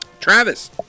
Travis